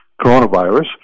coronavirus